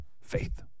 Faith